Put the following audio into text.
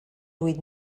huit